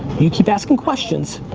you keep asking questions,